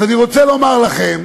אז אני רוצה לומר לכם,